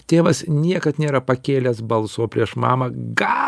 tėvas niekad nėra pakėlęs balso prieš mamą gal